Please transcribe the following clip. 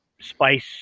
spice